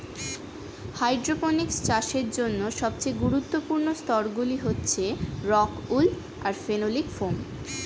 hydroponics চাষের জন্য সবচেয়ে গুরুত্বপূর্ণ স্তরগুলি হচ্ছে রক্ উল আর ফেনোলিক ফোম